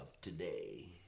today